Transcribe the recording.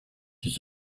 his